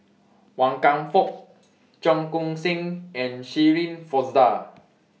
Wan Kam Fook Cheong Koon Seng and Shirin Fozdar